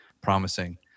promising